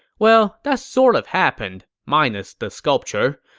well, that sort of happened, minus the sculpture.